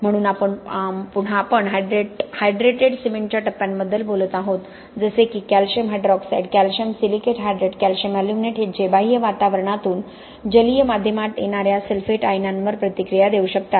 म्हणून पुन्हा आपण हायड्रेटेड सिमेंटच्या टप्प्यांबद्दल बोलत आहोत जसे की calcium hydroxide calcium silicate hydrate calcium aluminate जे बाह्य वातावरणातून जलीय माध्यमात येणाऱ्या सल्फेट आयनांवर प्रतिक्रिया देऊ शकतात